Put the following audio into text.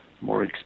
more